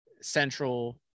Central